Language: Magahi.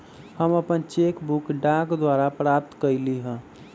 हम अपन चेक बुक डाक द्वारा प्राप्त कईली ह